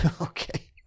Okay